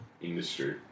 industry